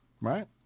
right